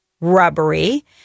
rubbery